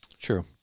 True